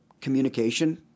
communication